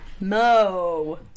Mo